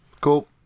Cool